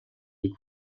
les